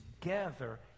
together